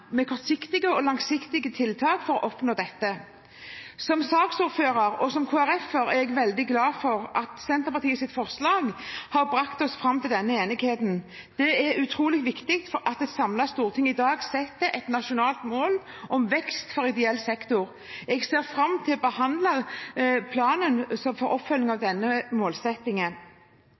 med kortsiktige og langsiktige tiltak for å oppnå dette. Som saksordfører og som KrF-er er jeg veldig for at Senterpartiets forslag har brakt oss fram til denne enigheten. Det er utrolig viktig at et samlet storting i dag setter et nasjonalt mål om vekst for ideell sektor. Jeg ser fram til å behandle planen som en oppfølging av denne målsettingen.